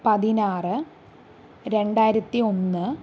പതിനാറ് രണ്ടായിരത്തി ഒന്ന്